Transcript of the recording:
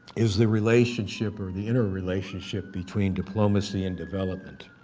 is the relationship, or the interrelationship between diplomacy and development.